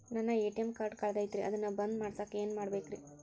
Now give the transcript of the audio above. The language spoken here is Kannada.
ನನ್ನ ಎ.ಟಿ.ಎಂ ಕಾರ್ಡ್ ಕಳದೈತ್ರಿ ಅದನ್ನ ಬಂದ್ ಮಾಡಸಾಕ್ ಏನ್ ಮಾಡ್ಬೇಕ್ರಿ?